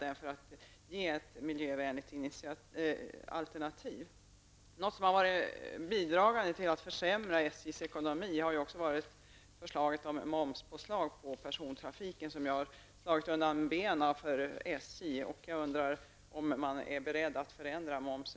Järnvägen är ju ett miljövänligt alternativ. Något som har bidragit till att försämra SJs ekonomi är förslaget om momspåslag på persontrafik, vilket har slagit undan benen för SJ.